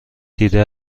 دیده